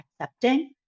accepting